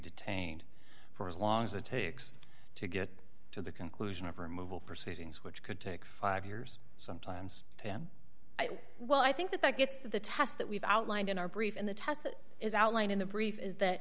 detained for as long as it takes to get to the conclusion of removal proceedings which could take five years sometimes ten well i think that that gets to the test that we've outlined in our brief and the test that is outlined in the brief is that